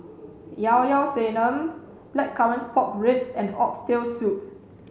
Llao Llao sanum blackcurrant pork ribs and oxtail soup